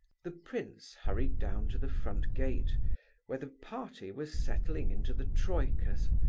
the prince hurried down to the front gate where the party were settling into the troikas,